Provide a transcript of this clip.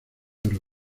oro